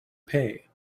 pay